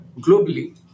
globally